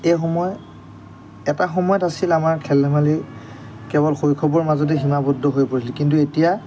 এই সময় এটা সময়ত আছিল আমাৰ খেল ধেমালি কেৱল শৈশৱৰ মাজতে সীমাবদ্ধ হৈ পৰিছিল কিন্তু এতিয়া